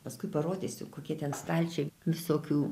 paskui parodysiu kokie ten stalčiai visokių